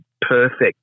perfect